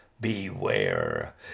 Beware